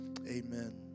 Amen